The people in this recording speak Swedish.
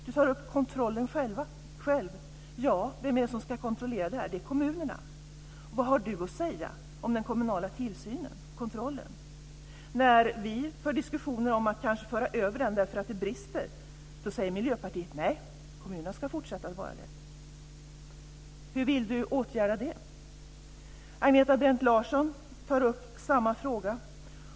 Gudrun Lindvall tar själv upp kontrollen. Ja, vem är det som ska kontrollera detta? Det är kommunerna. Vad har Gudrun Lindvall att säga om den kommunala tillsynen och kontrollen? När vi för diskussioner om att kanske föra över den därför att det brister, då säger Miljöpartiet att kommunerna ska fortsätta att göra den. Hur vill Gudrun Lindvall åtgärda det? Agneta Brendt tar upp samma fråga.